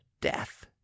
death